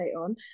on